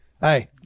Hey